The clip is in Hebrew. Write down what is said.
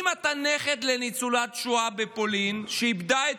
אם אתה נכד לניצולת שואה בפולין שאיבדה את